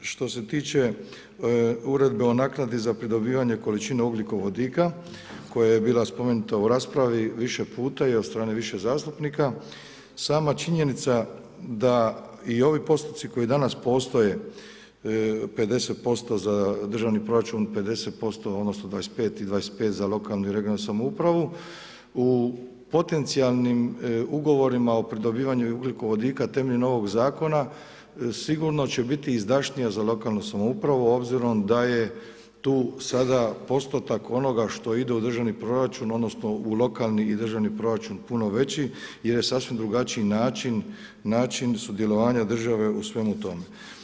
Što se tiče uredbe o naknadi za pridobivanje količine ugljikovodika koja je bila spomenuta u raspravi više puta i od strane više zastupnika, sama činjenica da i ovi postupci koji danas postoje 50% za državni proračun, 50%, odnosno 25 i 25 za regionalnu i lokalnu samoupravu u potencijalnim ugovorima o pridobivanju ugljikovodika temeljem ovog zakona sigurno će biti izdašnija za lokalnu samoupravu obzirom da je tu sada postotak onoga što ide u državni proračun odnosno, u lokalni i državni proračun puno veći jer je sasvim drugačiji način sudjelovanja države u svemu tome.